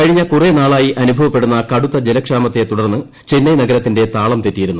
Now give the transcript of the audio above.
കഴിഞ്ഞ കുറേ നാളായി അനുഭവപ്പെടുന്ന കടുത്ത ജലക്ഷാമത്തെ തുടർന്ന് ചെന്നൈ നഗരത്തിന്റെ താളം തെറ്റിയിരുന്നു